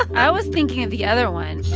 i was thinking of the other one